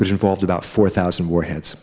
which involved about four thousand warheads